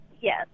Yes